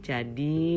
Jadi